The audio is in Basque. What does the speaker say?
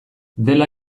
dela